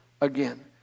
again